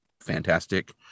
fantastic